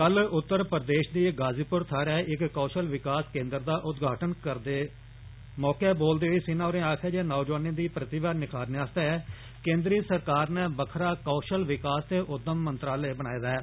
कल उत्तर प्रदेश दी गाज़ीपुर थ्हार इक कौशल विकास केन्द्र दा उद्घाटन करने मगरा बोलदे होई सिन्हा होरें आक्खेया जे नौजवाने दी प्रतिभा निखारने आस्तै केन्द्री सरकार नै बक्खरा कोशल विकास ते उद्म मंत्रालय बनाए दा ऐ